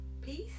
Peace